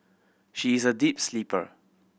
she is a deep sleeper